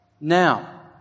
now